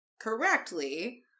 correctly